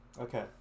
Okay